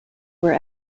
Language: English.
were